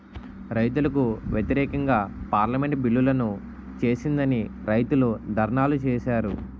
రైతులకు వ్యతిరేకంగా పార్లమెంటు బిల్లులను చేసిందని రైతులు ధర్నాలు చేశారు